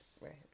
Right